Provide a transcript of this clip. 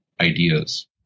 ideas